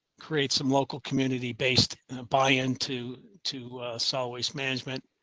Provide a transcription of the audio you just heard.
create some local community based by into two solid waste management,